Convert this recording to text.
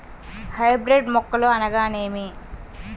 Hybrid మొక్కలు అనగానేమి?